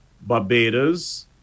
Barbados